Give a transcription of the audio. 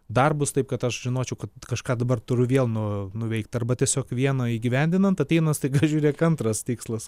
darbus taip kad aš žinočiau kad kažką dabar turiu vėl nu nuveikti arba tiesiog vieno įgyvendinant ateina staiga žiūrėk antras tikslas